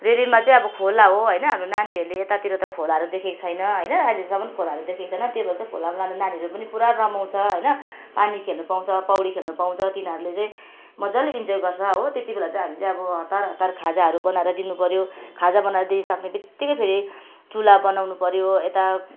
रेलीमा चाहिँ अब खोला हो होइन हाम्रो नानीहरले यतातिर त खोलाहरू देखिको छैन होइन अहिलेसम्म खोलाहरू देखेको छैन त्यही भएर चाहिँ खोलामा लाँदा नानीहरू पनि पुरा रमाउँछ होइन पानी खेल्नु पाउँछ पौडी खेल्न पाउँछ तिनीहरूले चाहिँ मज्जाले इन्जोय गर्छ हो त्यति बेला चाहिँ हामी चाहिँ अब हतार हतार खाजाहरू बनाएर दिनु पर्यो खाजा बनाएर दिइसक्ने बित्तिकै फेरि चुला बनाउनु पर्यो यता